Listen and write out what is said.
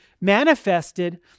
manifested